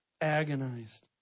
agonized